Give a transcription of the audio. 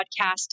podcast